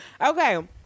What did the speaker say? okay